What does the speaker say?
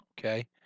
Okay